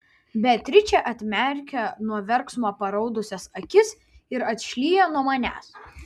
beatričė atmerkia nuo verksmo paraudusias akis ir atšlyja nuo manęs